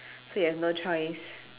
so you have no choice